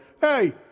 Hey